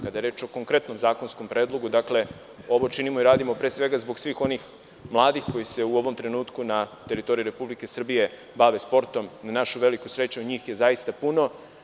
Kada je reč o konkretnom zakonskom predlogu, ovo činimo i radimo pre svega zbog svih onih mladih koji se u ovom trenutku na teritoriji Republike Srbije bave sportom, a na našu veliku sreću, njih je zaista puno.